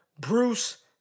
Bruce